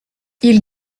ils